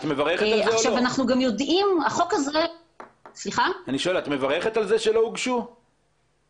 את מברכת על כך שלא הוגשו כתבי אישום?